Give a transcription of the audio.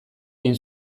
egin